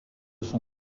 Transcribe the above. son